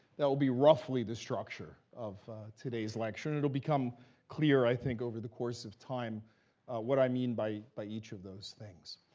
that will be roughly the structure of today's lecture. and it will become clear, i think, over the course of time what i mean by by each of those things.